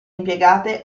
impiegate